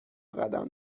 قدم